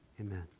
amen